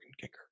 kicker